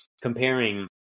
comparing